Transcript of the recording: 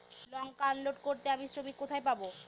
লঙ্কা unload করতে আমি শ্রমিক কোথায় পাবো?